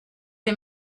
les